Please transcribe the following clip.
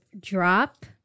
drop